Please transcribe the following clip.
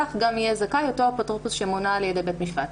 כך גם יהיה זכאי אותו אפוטרופוס שמונה על ידי בית משפט.